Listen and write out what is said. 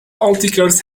articles